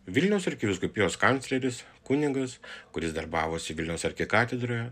vilniaus arkivyskupijos kancleris kunigas kuris darbavosi vilniaus arkikatedroje